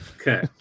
Okay